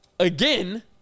Again